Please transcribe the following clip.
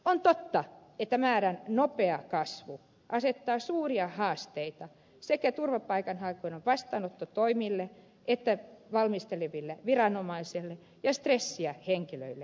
on totta että määrän nopea kasvu asettaa suuria haasteita sekä turvapaikanhakijoiden vastaanottotoimille että valmisteleville viranomaisille ja stressiä henkilöille itselleen